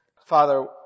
Father